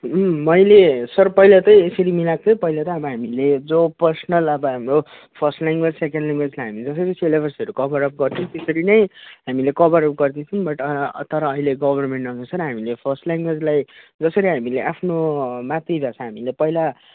उम् मैले सर पहिला चाहिँ यसरी मिलाएको थिएँ पहिला चाहिँ अब हामीले जो पर्सनल अब हाम्रो फर्स्ट ल्याङग्वेज सेकेन्ड ल्याङग्वेजलाई हामी जसरी सिलेबसहरू कभरअप गर्छु त्यसरी नै हामीले कभरअप गर्दैछौँ बट तर अहिले गभर्नमेन्टअनुसार हामीले फर्स्ट ल्याङग्वेजलाई जसरी हामीले आफ्नो मातृ भाषा हामीले पहिला